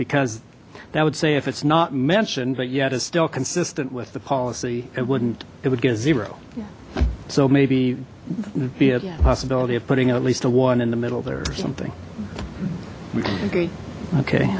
because that would say if it's not mentioned but yet is still consistent with the policy it wouldn't it would get zero so maybe be a possibility of putting at least a one in the middle there or something okay